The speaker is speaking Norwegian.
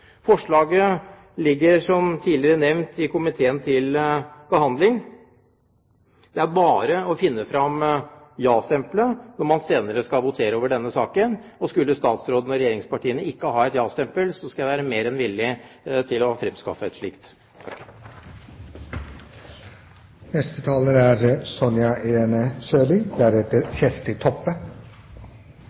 Forslaget ligger, som tidligere nevnt, i komiteen til behandling. Det er bare å finne fram ja-stemplet når man senere skal votere over denne saken. Skulle statsråden og regjeringspartiene ikke ha et ja-stempel, skal jeg være mer enn villig til å fremskaffe et slikt. Statsråden var opptatt av informasjon og at det er